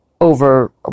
over